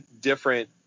different